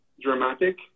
dramatic